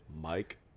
Mike